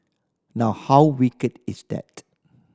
now how wicked is that